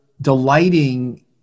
delighting